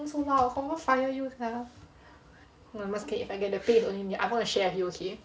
talking so loud confirm fire you sia no I must okay if I get the pay and it's only me I'm going to share with you okay